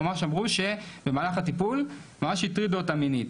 ממש אמרו שבמהלך הטיפול ממש הטרידו אותם מינית.